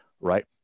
right